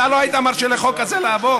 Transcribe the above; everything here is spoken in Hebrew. אתה לא היית מרשה לחוק הזה לעבור,